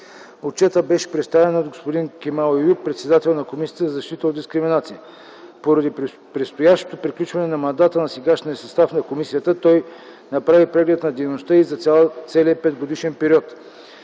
Отчетът беше представен от господин Кемал Еюп, председател на Комисията за защита от дискриминация. Поради предстоящото приключване на мандата на сегашния състав на комисията, той направи преглед на дейността й за целия петгодишен период.